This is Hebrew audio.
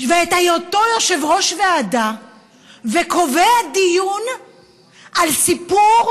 ואת היותו יושב-ראש ועדה וקובע דיון על סיפור,